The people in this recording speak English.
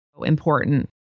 important